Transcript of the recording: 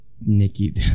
Nikki